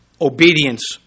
obedience